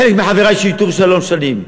חלק מחברי שירתו שלוש שנים,